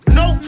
no